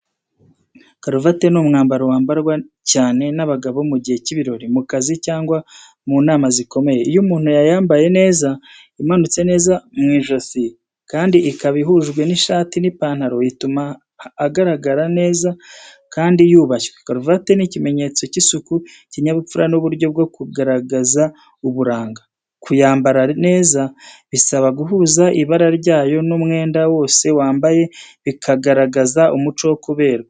Karuvate ni umwambaro wambarwa cyane n’abagabo mu gihe cy’ibirori, mu kazi cyangwa mu nama zikomeye. Iyo umuntu yayambaye neza, imanutse neza mu ijosi kandi ikaba ihujwe n’ishati n’ipantalo, ituma agaragara neza kandi yubashywe. Karuvate ni ikimenyetso cy’isuku, ikinyabupfura n’uburyo bwo kugaragaza uburanga. Kuyambara neza bisaba guhuza ibara ryayo n’umwenda wose wambaye, bikagaragaza umuco wo kuberwa.